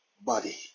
body